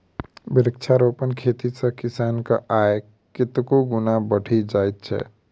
वृक्षारोपण खेती सॅ किसानक आय कतेको गुणा बढ़ि जाइत छै